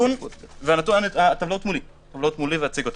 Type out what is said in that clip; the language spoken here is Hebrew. הטבלאות מולי ואציג אותן.